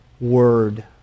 Word